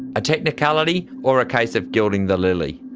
a technicality, or a case of gilding the lily?